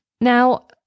Now